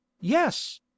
yes